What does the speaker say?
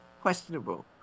questionable